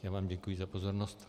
Já vám děkuji za pozornost.